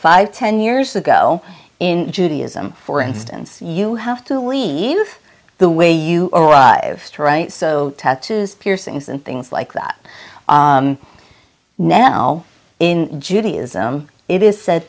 five ten years ago in judaism for instance you have to leave the way you arrived so tattoos piercings and things like that now in judaism it is said